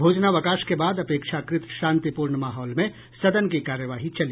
भोजनावकाश के बाद अपेक्षाकृत शांतिपूर्ण माहौल में सदन की कार्यवाही चली